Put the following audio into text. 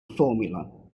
formula